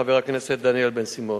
חבר הכנסת דניאל בן-סימון.